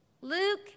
Luke